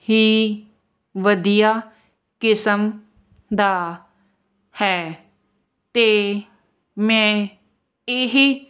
ਹੀ ਵਧੀਆ ਕਿਸਮ ਦਾ ਹੈ ਅਤੇ ਮੈਂ ਇਹ